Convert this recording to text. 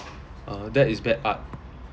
uh that is bad art